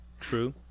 true